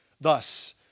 Thus